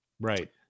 Right